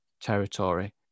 territory